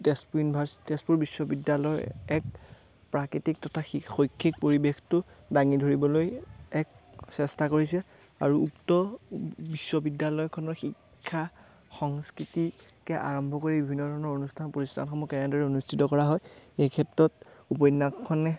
Tezpur university Tezpur বিশ্ববিদ্যালয় এক প্ৰাকৃতিক তথা শৈক্ষিক পৰিৱেশটো দাঙি ধৰিবলৈ এক চেষ্টা কৰিছে আৰু উক্ত বিশ্ববিদ্যালয়খনৰ শিক্ষা সংস্কৃতিকে আৰম্ভ কৰি বিভিন্ন ধৰণৰ অনুষ্ঠান প্ৰতিস্থানসমূহ কেনেদৰে অনুষ্ঠিত কৰা হয় এই ক্ষেত্ৰত উপন্যাসখনে